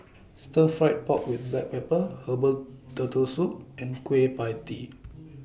Stir Fried Pork with Black Pepper Herbal Turtle Soup and Kueh PIE Tee